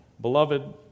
Beloved